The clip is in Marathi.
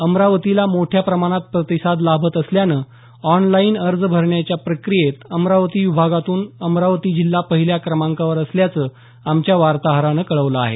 अमरावतीला मोठ्या प्रमाणात प्रतिसाद लाभत असल्यानं ऑनलाईन अर्ज अभरण्याच्या प्रकियात अमरावती विभागातून अमरावती जिल्हा पहिल्या क्रमांकावर असल्याचं आमच्या वार्ताहरानं कळवलं आहे